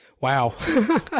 wow